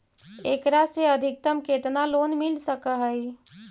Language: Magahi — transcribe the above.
एकरा से अधिकतम केतना लोन मिल सक हइ?